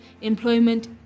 employment